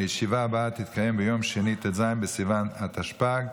הישיבה הבאה תתקיים ביום שני ט"ז בסיוון התשפ"ג,